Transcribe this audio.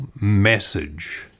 message